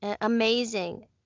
amazing